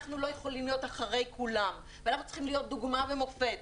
אנחנו לא יכולים להיות אחרי כולם ואנחנו צריכים להיות דוגמה ומופת,